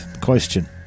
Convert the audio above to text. Question